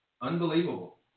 Unbelievable